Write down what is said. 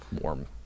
warm